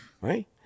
right